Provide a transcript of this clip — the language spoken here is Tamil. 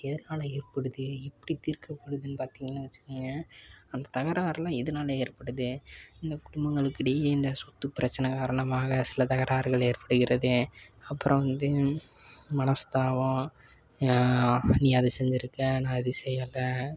எதனால் ஏற்படுது எப்படி தீர்க்கப்படுதுன்னு பார்த்திங்கனா வச்சிக்கங்க அந்த தகராறுலாம் எதனால ஏற்படுது இந்த குடும்பங்களுக்கிடையே இந்த சொத்துப்பிரச்சனை காரணமாக சில தகராறுகள் ஏற்படுகிறது அப்புறம் வந்து மனஸ்தாபம் நீ அதை செஞ்சுருக்க நான் இதை செய்யலை